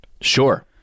Sure